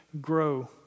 grow